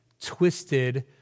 twisted